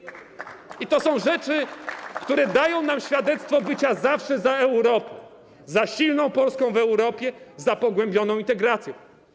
I to są rzeczy, które dają nam świadectwo bycia zawsze za Europą, za silną Polską w Europie, za pogłębioną integracją.